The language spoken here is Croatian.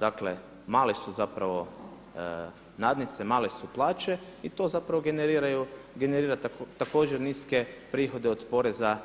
Dakle, male su zapravo nadnice, male su plaće i to zapravo generira također niske prihode od poreza